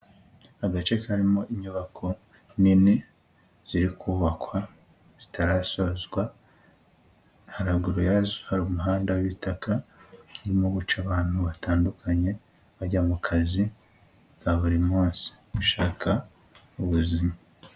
Agace karimo inyubako nini ziri kubakwa zitarasozwa, haraguru yazo hari umuhanda w'ibitaka urimo guca abantu batandukanye bajya mu kazi ka buri munsi gushaka ubuzima.